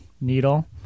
needle